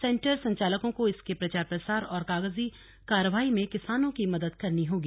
centre संचालकों को इसके प्रचार प्रसार और कागजी कार्यवाही में किसानों की मदद करनी होगी